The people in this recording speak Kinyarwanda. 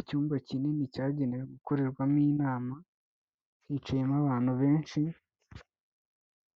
Icyumba kinini cyagenewe gukorerwamo inama, hicayemo abantu benshi,